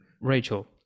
Rachel